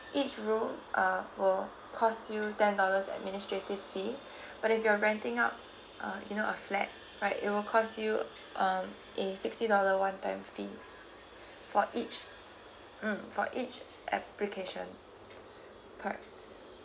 each room uh will cost you ten dollars administrative fee but if you're renting out uh you know a flat right it will cause you um a sixty dollar one time fee for each mm for each application correct